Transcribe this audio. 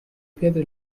pietre